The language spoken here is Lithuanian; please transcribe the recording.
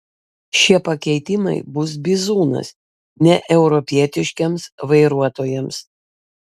šie pakeitimai bus bizūnas neeuropietiškiems vairuotojams